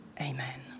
Amen